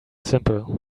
simple